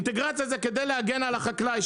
אינטגרציה זה כדי להגן על החקלאי,